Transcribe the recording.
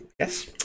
Yes